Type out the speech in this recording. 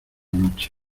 noche